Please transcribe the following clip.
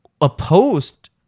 opposed